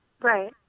Right